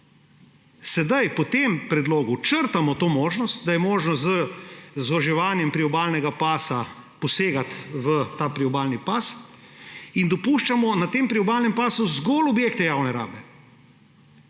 Sedaj po tem predlogu črtamo to možnost, da je možno z zoževanjem priobalnega pasu posegati v ta priobalni pas in dopuščamo na tem priobalnem pasu zgolj objekte javne rabe,